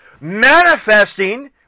Manifesting